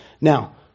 now